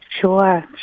Sure